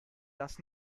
das